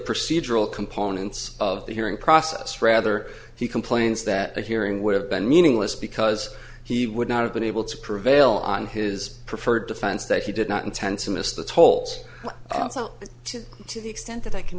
procedural components of the hearing process rather he complains that the hearing would have been meaningless because he would not have been able to prevail on his preferred defense that he did not intend to miss the tolls so to to the extent that i can